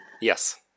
Yes